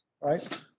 right